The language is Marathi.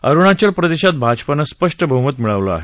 अरुणाचल प्रदेशात भाजपानं स्पष्ट बहुमत मिळवलं आहे